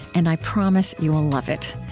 and i promise you will love it.